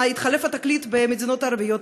התחלף התקליט במדינות הערביות,